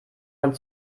man